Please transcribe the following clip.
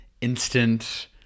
instant